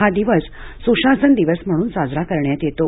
हा दिवस सुशासन दिवस म्हणून साजरा करण्यात येतो